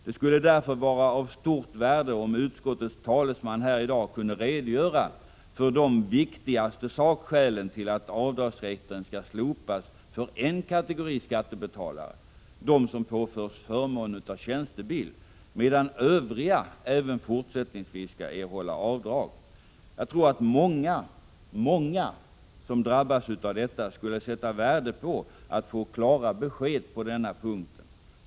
Det skulle därför vara av stort värde om utskottets talesman här i dag kunde redogöra för de viktigaste sakskälen till att avdragsrätten skall slopas för en kategori skattebetalare — de som påförs förmån av tjänstebil — medan övriga även fortsättningsvis skall erhålla avdrag. Jag tror att många som drabbas av detta skulle värdesätta att få klara besked på denna punkt.